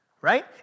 right